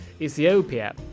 Ethiopia